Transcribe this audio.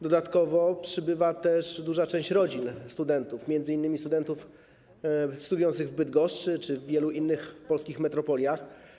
Dodatkowo przybywa też duża część rodzin studentów, m.in. studentów studiujących w Bydgoszczy czy w wielu innych polskich metropoliach.